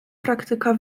praktyka